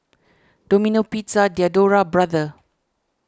Domino Pizza Diadora Brother